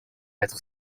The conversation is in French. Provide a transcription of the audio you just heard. être